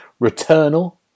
Returnal